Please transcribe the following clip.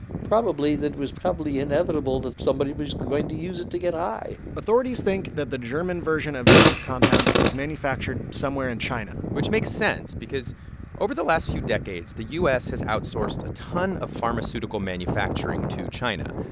probably, that it was probably inevitable that somebody was going to use it to get high authorities think that the german version of john's compound was manufactured somewhere in china which makes sense because over the last few decades, the u s. has outsourced a ton of pharmaceutical manufacturing to china.